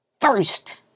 First